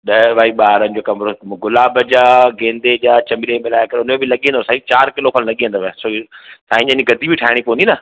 ॾह बाए ॿारहनि जो कमिरो गुलाब जा गेंदे जा चमेली मिलाइ त उनमें लॻी वेंदो साईं चारि किलो लॻी वेंदव साईं जन जी गद्दी विछाइणी पवंदी न